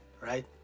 right